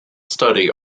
study